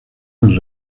del